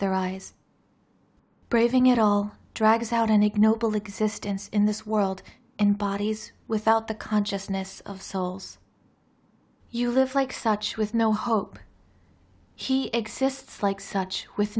their eyes braving it all drags out an ignoble existence in this world and bodies without the consciousness of souls you live like such with no hope he exists like such with